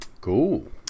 Cool